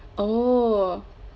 oh